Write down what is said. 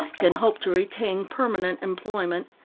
can hope to retain permanent employment.